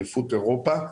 אליפות אירופה,